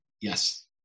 Yes